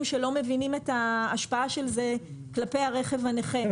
שלא מבינים את ההשפעה של זה כלפי הרכב הנכה.